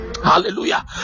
Hallelujah